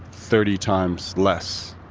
thirty times less.